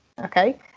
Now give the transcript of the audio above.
okay